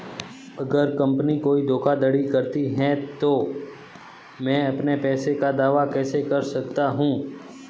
अगर कंपनी कोई धोखाधड़ी करती है तो मैं अपने पैसे का दावा कैसे कर सकता हूं?